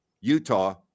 Utah